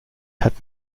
hat